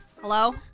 Hello